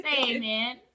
amen